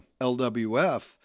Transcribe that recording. lwf